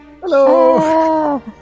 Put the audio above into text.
Hello